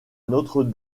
notre